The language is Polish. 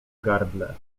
gardle